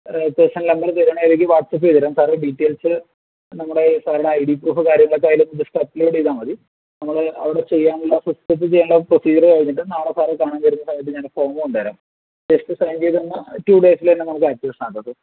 personal number തരികയാണെങ്കിൽ അതിലേയ്ക്ക് WhatsApp ചെയ്തുതരാം സാറിൻ്റെ ഡീറ്റെയിൽസ് നമ്മുടെ സാറിൻ്റെ ഐ ഡി പ്രൂഫ് കാര്യങ്ങളൊക്കെ അതിൽ ജസ്റ്റ് അപ്ലോഡ് ചെയ്താൽമതി നമ്മൾ അവിടെ ചെയ്യാനുള്ള സിസ്റ്റത്തിൽ ചെയ്യാനുള്ള പ്രോസിജ്യറ് കഴിഞ്ഞിട്ട് നാളെ സാറെ കാണാൻ വരുന്ന സമയത്ത് ഞാൻ ആ ഫോമ് കൊണ്ടു വരാം ജസ്റ്റ് സൈൻ ചെയ്തു തന്നാൽ ടു ഡേയ്സിൽതന്നെ നമ്മുക്ക് ആക്ടിവേഷൻ ആക്കാം സർ